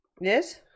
Yes